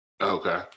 Okay